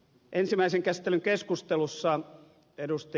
ensimmäisen käsittelyn keskustelussa ed